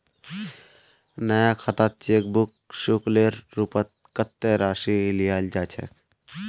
नया खातात cheque book शुल्केर रूपत कत्ते राशि लियाल जा छेक